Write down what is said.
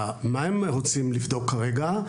מה הם רוצים לבדוק כרגע,